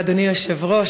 היושב-ראש,